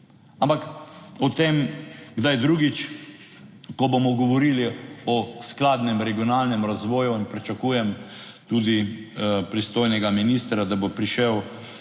Ampak o tem kdaj drugič, ko bomo govorili o skladnem regionalnem razvoju in pričakujem tudi pristojnega ministra, da bo prišel